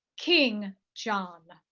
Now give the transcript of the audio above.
king john.